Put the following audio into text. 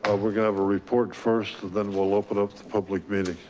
ah we're going to have a report first, then we'll open up the public meeting.